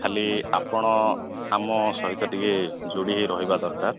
ଖାଲି ଆପଣ ଆମ ସହିତ ଟିକେ ଯୋଡ଼ି ହୋଇ ରହିବା ଦରକାର